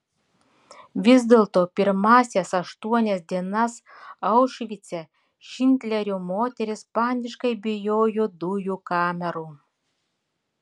vis dėlto pirmąsias aštuonias dienas aušvice šindlerio moterys paniškai bijojo dujų kamerų